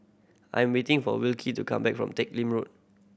I'm waiting for Wilkie to come back from Teck Lim Road